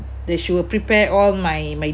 that she will prepare all my my